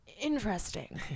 interesting